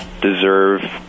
deserve